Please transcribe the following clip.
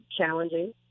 challenging